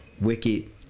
wicked